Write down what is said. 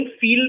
feel